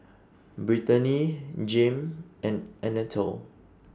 Brittani Jame and Anatole